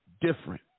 different